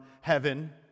heaven